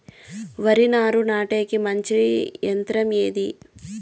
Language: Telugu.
వరి నారు నాటేకి మంచి యంత్రం ఏది?